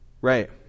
Right